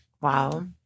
Wow